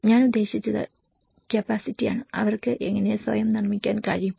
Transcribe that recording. ഞാൻ ഉദ്ദേശിച്ചത് ക്യാപസിറ്റിയാണ് അവർക്ക് എങ്ങനെ സ്വയം നിർമ്മിക്കാൻ കഴിയും